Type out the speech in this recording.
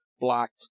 blocked